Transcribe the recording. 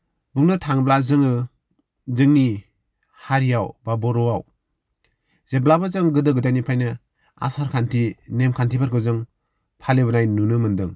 बुंनो थाङोब्ला जोङो जोंनि हारिआव बा बर'आव जेब्लाबो जों गोदो गोदायनिफ्रायनो आसार खान्थि नेम खान्थिफोरखौ जों फालिबोनाय नुनो मोन्दों